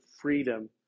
freedom